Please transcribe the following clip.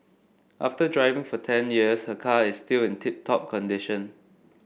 after driving for ten years her car is still in tip top condition